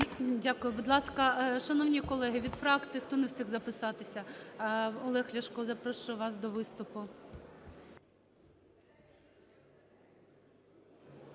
Дякую. Будь ласка, шановні колеги, від фракції, хто не встиг записатися? Олег Ляшко, запрошую вас до виступу.